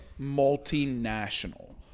multinational